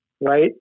right